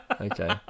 okay